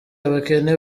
abakene